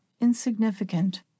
insignificant